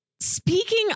Speaking